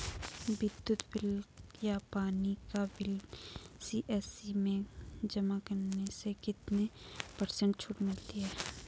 विद्युत बिल या पानी का बिल सी.एस.सी में जमा करने से कितने पर्सेंट छूट मिलती है?